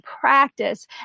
practice